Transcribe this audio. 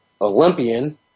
Olympian